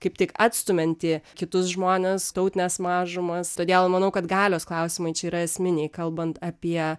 kaip tik atstumiantį kitus žmones tautines mažumas todėl manau kad galios klausimai čia yra esminiai kalbant apie